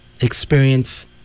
experience